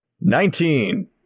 Nineteen